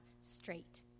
straight